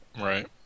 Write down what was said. Right